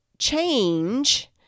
change